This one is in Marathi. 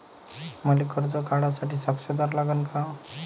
मले कर्ज काढा साठी साक्षीदार लागन का?